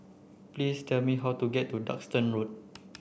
please tell me how to get to Duxton Road